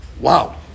wow